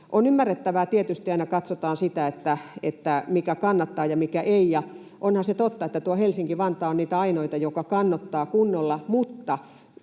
On ymmärrettävää tietysti, että aina katsotaan sitä, mikä kannattaa ja mikä ei, ja onhan se totta, että tuo Helsinki-Vantaa on niitä ainoita, joka kannattaa kunnolla, mutta